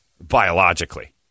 biologically